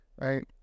right